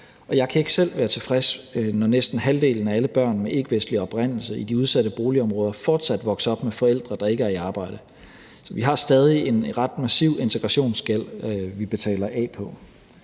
Jeg kan ikke selv være tilfreds, når næsten halvdelen af alle børn med ikkevestlig oprindelse i de udsatte boligområder fortsat vokser op med forældre, der ikke er i arbejde. Så vi har stadig en ret massiv integrationsgæld, vi betaler af på.